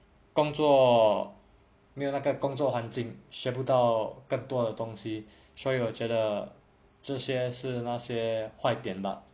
没有工作那个工作环境学不到更多的东西所以我觉得这些是那些坏点吧:mei you gong zuo na ge gong zuo huan jing xue bu dao geng duo de dong xi suo yi wo jue de zhe xie shi nei xie huaipipei dian ba